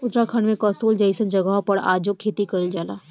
उत्तराखंड में कसोल जइसन जगह पर आजो खेती कइल जाला